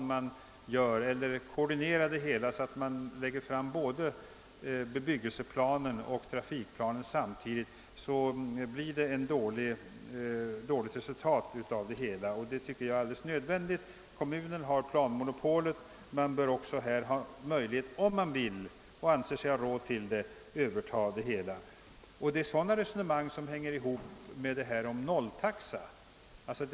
Om man inte har möjlighet att arrangera trafiken efter en plan eller koordinera bebyggelseplanen och trafikplanen, blir det ett dåligt resultat av det hela. Kommunen har planmonopolet och bör också ha möjlighet att överta företag för kollektiv trafik, om kommunen så önskar och har råd till det. Det är sådana resonemang som hänger ihop med den s.k. O-taxan.